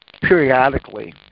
periodically